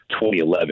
2011